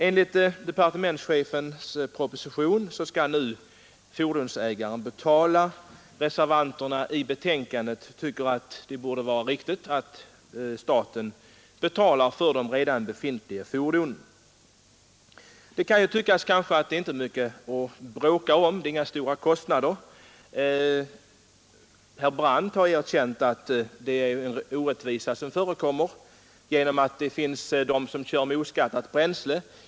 Enligt departementschefens proposition är det fordonsägarna som skall betala, medan reservanterna tycker att det riktiga hade varit att staten betalade för de fordon som redan nu finns. Man kan tycka att det inte är så mycket att bråka om, eftersom det inte är några stora kostnader det gäller. Herr Brandt har sagt att här föreligger det en orättvisa, eftersom en del fordonsägare kör med oskattat bränsle.